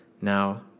Now